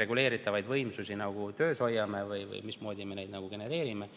reguleeritavaid võimsusi töös hoiame või mismoodi me neid genereerime,